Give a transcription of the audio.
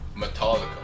Metallica